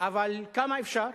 אבל כמה אפשר?